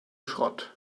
schrott